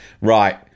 right